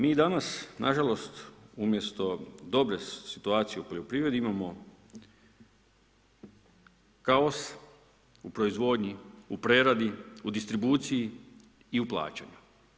Mi danas na žalost, umjesto dobre situacije u poljoprivredi imamo kaos u proizvodnji, u preradi, u distribuciji i u plaćanju.